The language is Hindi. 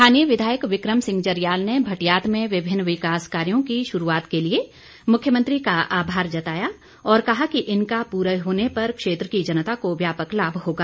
स्थानीय विधायक विक्रम सिंह जरियाल ने भटियात में विभिन्न विकास कार्यों की शुरूआत के लिए मुख्यमंत्री का आभार जताया और कहा कि इनके पूरा होने पर क्षेत्र की जनता को व्यापक लाभ होगा